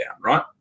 right